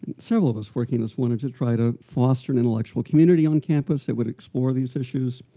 several of us working as one to try to foster an intellectual community on campus that would explore these issues,